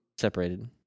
separated